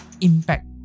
impact